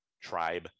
tribe